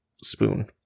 spoon